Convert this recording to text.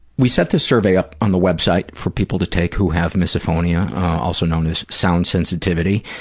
we set the survey up on the web site for people to take who have misophonia, also known as sound sensitivity,